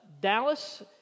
Dallas